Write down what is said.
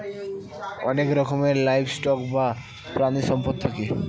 অনেক রকমের livestock বা প্রানীসম্পদ থাকে